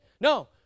No